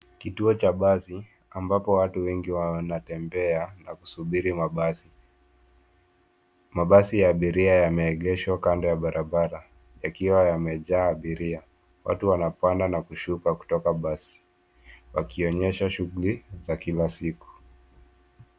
Kituo cha basi ambapo watu wengi wanatembea na kusubiri mabasi. Mabasi ya abiria yameegeshwa kando ya barabara yakiwa yamejaa abiria. Watu wanapanda na kushuka kutoka basi wakionyesha shughuli za kila siku.